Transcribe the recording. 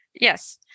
Yes